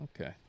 Okay